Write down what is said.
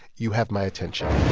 you have my attention